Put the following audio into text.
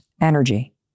energy